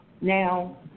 Now